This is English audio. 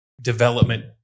development